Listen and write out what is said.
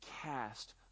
cast